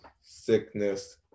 sickness